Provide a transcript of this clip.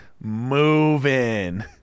moving